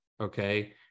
okay